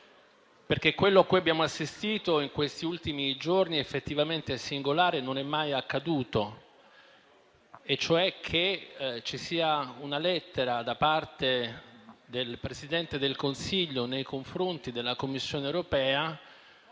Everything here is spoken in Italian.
perché quello a cui abbiamo assistito in questi ultimi giorni è effettivamente singolare. Non è mai accaduto, cioè, che venga indirizzata una lettera da parte del Presidente del Consiglio nei confronti della Commissione europea